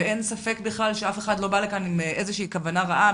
ואין ספק בכלל שאף אחד לא בא לכאן עם איזושהי כוונה רעה,